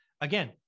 Again